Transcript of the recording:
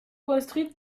construite